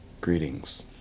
Greetings